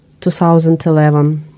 2011